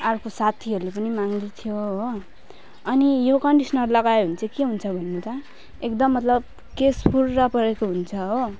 अर्को साथीहरूले पनि माँग्दै थियो हो अनि यो कन्डिसनर लगायो भने चाहिँ के हुन्छ भन्नु त एकदम मतलब केश फुर्रर परेको हुन्छ हो